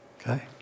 okay